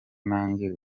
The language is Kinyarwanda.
nanjye